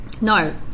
no